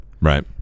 right